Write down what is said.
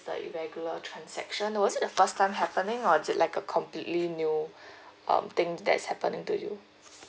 the irregular transaction was it the first time happening or is it like a completely new um thing that's happening to you